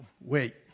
wait